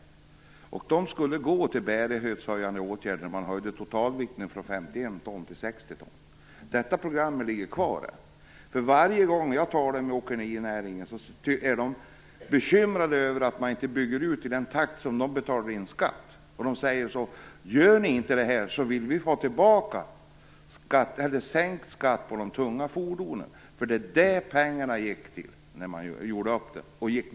Dessa skatter skulle gå till bärighetshöjande åtgärder när totalvikten höjdes från 51 ton till Varje gång som jag talar med företrädare för åkerinäringen är de bekymrade över att man inte bygger ut i den takt som de betalar in skatt. De säger: Gör ni inte det här, vill vi ha sänkt skatt på de tunga fordonen. Det var där som pengarna lades på när man gjorde upp om detta.